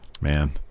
man